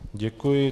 Děkuji.